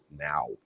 now